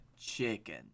Chicken